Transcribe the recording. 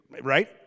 right